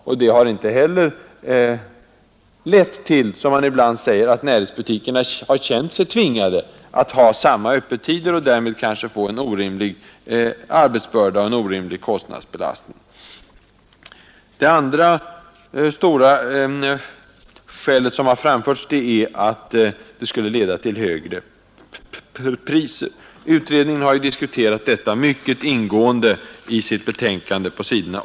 Inte heller detta har lett till, som man ibland säger, att närhetsbutikerna har känt sig tvingade att ha samma öppettider och därmed kanske få en orimlig arbetsbörda och alltför stor kostnadsbelastning. Det andra skälet som har framförts är att ett ökat öppethållande skulle leda till högre priser. Utredningen har diskuterat detta mycket ingående i sitt betänkande på s.